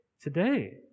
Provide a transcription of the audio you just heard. today